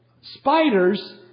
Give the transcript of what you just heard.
spiders